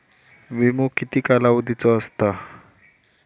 विमो किती कालावधीचो असता?